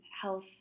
health